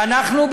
ואנחנו,